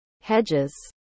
hedges